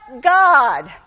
God